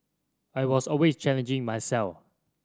I was always challenging myself